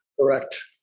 Correct